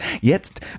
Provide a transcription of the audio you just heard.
Jetzt